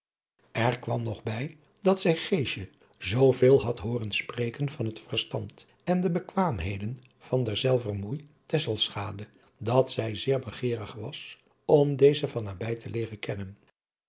er kwam nog bij dat zij geesje zooveel had hooren spreken van het verstand en de bekwaamheden van derzelver moei tesselschade dat zij zeer begeerig was om daze van nabij te leeren kennen